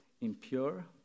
impure